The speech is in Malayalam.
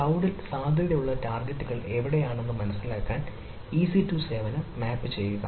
ക്ലൌഡിൽ സാധ്യതയുള്ള ടാർഗെറ്റുകൾ എവിടെയാണെന്ന് മനസിലാക്കാൻ EC2 സേവനം മാപ്പ് ചെയ്യുക